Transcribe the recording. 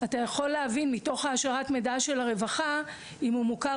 אתה יכול להבין מתוך העשרת מידע של הרווחה אם הוא מוכר